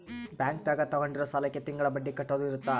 bank ದಾಗ ತಗೊಂಡಿರೋ ಸಾಲಕ್ಕೆ ತಿಂಗಳ ಬಡ್ಡಿ ಕಟ್ಟೋದು ಇರುತ್ತ